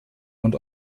und